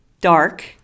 dark